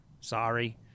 Sorry